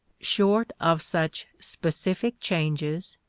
short of such specific changes,